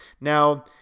Now